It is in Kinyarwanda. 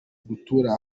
gutura